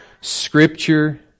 Scripture